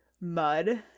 mud